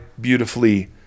beautifully